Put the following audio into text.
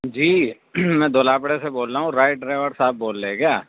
جی میں دلہا پورے سے بول رہا ہوں رائے ڈرائیور صاحب بول رہے کیا